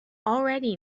already